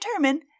determine